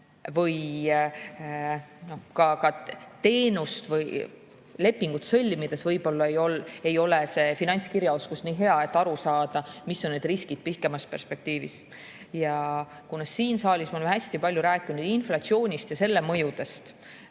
Ka teenust või lepingut sõlmides võib-olla ei ole see finantskirjaoskus nii hea, et aru saada, mis on need riskid pikemas perspektiivis. Me oleme siin saalis hästi palju rääkinud inflatsioonist ja selle mõjudest.